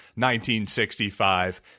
1965